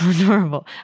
adorable